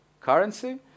currency